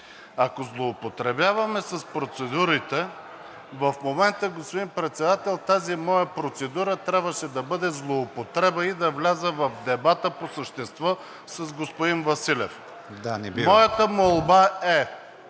Ако злоупотребяваме с процедурите, в момента, господин Председател, тази моя процедура трябваше да бъде злоупотреба и да вляза в дебата по същество с господин Василев. ПРЕДСЕДАТЕЛ